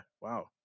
Wow